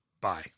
Bye